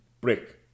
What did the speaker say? brick